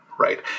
Right